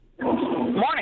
Morning